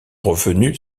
revenu